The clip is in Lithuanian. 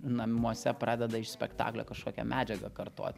namuose pradeda iš spektaklio kažkokią medžiagą kartot